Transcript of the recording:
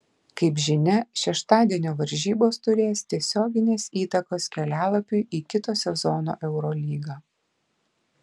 kaip žinia šeštadienio varžybos turės tiesioginės įtakos kelialapiui į kito sezono eurolygą